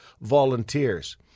volunteers